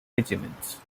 regiments